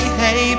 hey